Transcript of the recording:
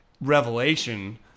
revelation